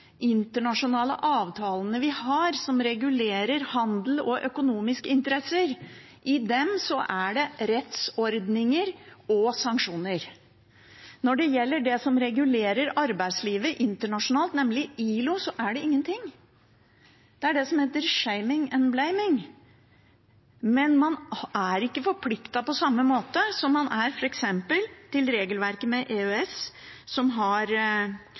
det rettsordninger og sanksjoner. Når det gjelder det som regulerer arbeidslivet internasjonalt, nemlig ILO, er det ingenting. Det er det som heter «shaming and blaming». Man er ikke forpliktet på samme måte som man er f.eks. til regelverket med EØS, som har